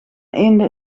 eenden